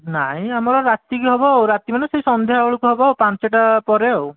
ନାଇଁ ଆମର ରାତିକୁ ହେବ ରାତି ମାନେ ସେହି ସଂନ୍ଧ୍ୟା ବେଳେକୁ ହେବ ପାଞ୍ଚଟା ପରେ ଆଉ